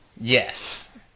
Yes